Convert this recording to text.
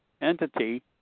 entity